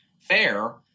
fair